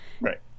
right